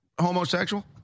homosexual